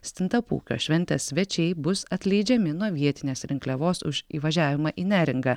stintapūkio šventės svečiai bus atleidžiami nuo vietinės rinkliavos už įvažiavimą į neringą